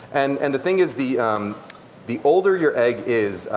and and the thing is the the older your egg is,